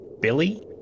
Billy